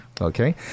Okay